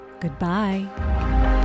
Goodbye